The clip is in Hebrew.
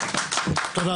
תודה.